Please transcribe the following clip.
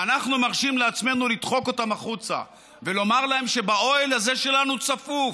ואנחנו מרשים לעצמנו לדחוק אותם החוצה ולומר שבאוהל הזה שלנו צפוף,